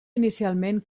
inicialment